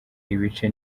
ibice